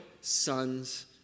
sons